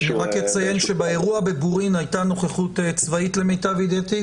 אני רק אציין שבאירוע בבורין הייתה נוכחות צבאית למיטב ידיעתי,